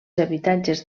habitatges